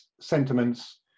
sentiments